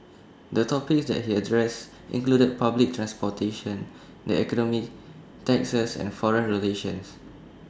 the topics that he addressed included public transportation the economy taxes and foreign relations